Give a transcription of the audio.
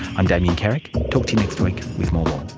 i'm damien carrick, talk to you next week with more law